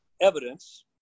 evidence